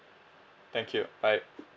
thank you bye